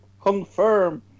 confirm